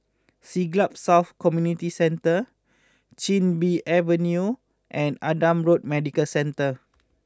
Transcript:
Siglap South Community Centre Chin Bee Avenue and Adam Road Medical Centre